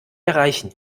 erreichen